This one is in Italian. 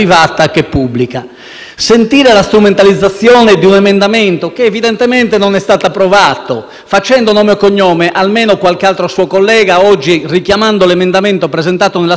sentito strumentalizzare un emendamento che, evidentemente, non è stato approvato, facendo nome e cognome, laddove qualche altro collega, richiamando oggi l'emendamento presentato nella scorsa legislatura,